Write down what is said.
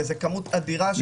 כי זאת כמות אדירה של תיקים.